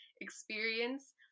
experience